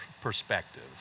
perspective